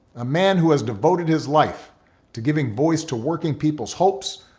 a man who has devoted his life to giving voice to working people's hopes,